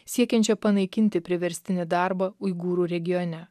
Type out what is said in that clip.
siekiančia panaikinti priverstinį darbą uigūrų regione